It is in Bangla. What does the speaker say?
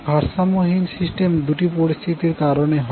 ভারসাম্যহীন সিস্টেম দুটি পরিস্থিতির কারণে হয়